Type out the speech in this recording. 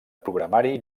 programari